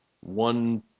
one